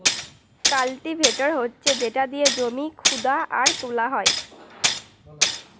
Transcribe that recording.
cultivator হচ্ছে যেটা দিয়ে জমি খুদা আর তোলা হয়